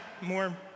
more